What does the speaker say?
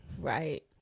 Right